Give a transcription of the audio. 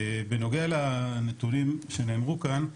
בנוגע לנתונים שנאמרו כאן,